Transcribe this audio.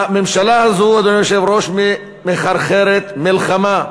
הממשלה הזאת, אדוני היושב-ראש, מחרחרת מלחמה.